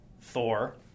Thor